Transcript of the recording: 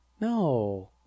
No